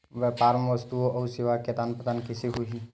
व्यापार मा वस्तुओ अउ सेवा के आदान प्रदान कइसे होही?